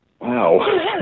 wow